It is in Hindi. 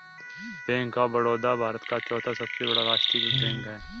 बैंक ऑफ बड़ौदा भारत का चौथा सबसे बड़ा राष्ट्रीयकृत बैंक है